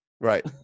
right